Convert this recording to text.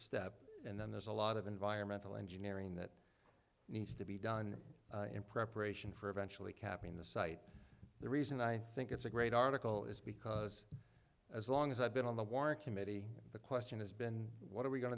step and then there's a lot of environmental engineering that needs to be done in preparation for eventually capping the site the reason i think it's a great article is because as long as i've been on the committee the question has been what are we going